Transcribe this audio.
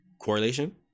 Correlation